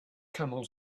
camel